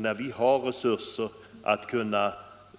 När vi har resurser att